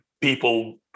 people